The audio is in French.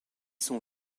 sont